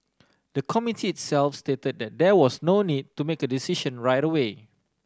the Committee itself state that there was no need to make a decision right away